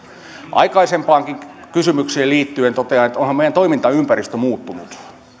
aikaisempaankin kysymykseen liittyen totean että onhan meidän toimintaympäristömme muuttunut